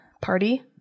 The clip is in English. party